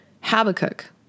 Habakkuk